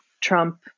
Trump